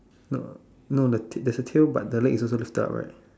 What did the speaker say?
no no there there's a tail but the leg's also lifted up right